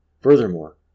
Furthermore